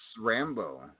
Rambo